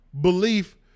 belief